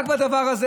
רק בדבר הזה.